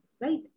Right